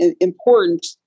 important